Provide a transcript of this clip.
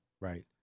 Right